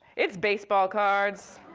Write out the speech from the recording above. it's baseball cards.